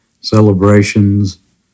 celebrations